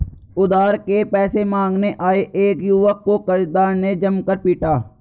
उधार के पैसे मांगने आये एक युवक को कर्जदार ने जमकर पीटा